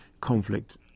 conflict